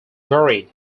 buried